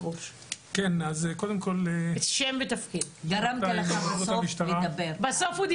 מפכ"ל המשטרה מינה קצין,